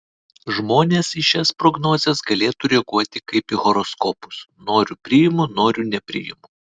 žmonės į šias prognozes galėtų reaguoti kaip į horoskopus noriu priimu noriu nepriimu